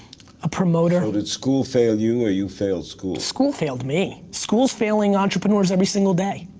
a promoter. so did school fail you, or you failed school? school failed me. school's failing entrepreneurs every single day.